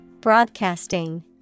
Broadcasting